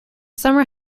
summer